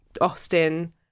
Austin